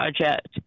project